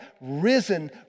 risen